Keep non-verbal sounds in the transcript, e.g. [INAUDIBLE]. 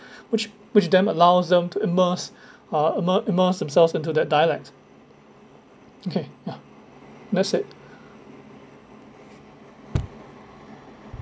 [BREATH] which which then allows them to immerse [BREATH] uh immer~ immerse themselves into that dialect okay ya that's it